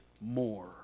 more